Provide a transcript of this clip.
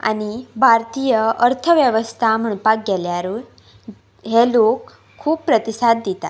आनी भारतीय अर्थवेवस्था म्हणपाक गेल्यारूय हे लोक खूब प्रतिसाद दितात